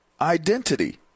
identity